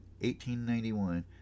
1891